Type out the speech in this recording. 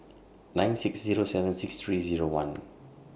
nine six Zero seven six three Zero one